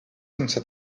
sense